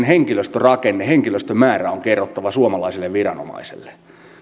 henkilöstörakenne henkilöstömäärä on kerrottava suomalaiselle viranomaiselle